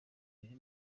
biri